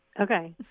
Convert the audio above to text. Okay